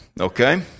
okay